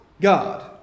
God